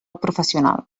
professional